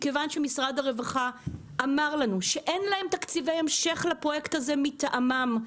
מכיוון שמשרד הרווחה אמר לנו שאין להם תקציבי המשך לפרויקט הזה מטעמם,